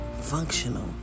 functional